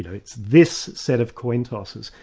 you know it's this set of coin tosses.